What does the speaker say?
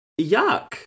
Yuck